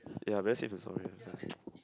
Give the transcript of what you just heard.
ya better safe than sorry ah